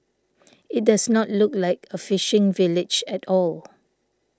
it does not look like a fishing village at all